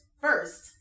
first